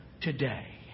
today